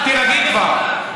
תירגעי כבר.